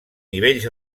nivells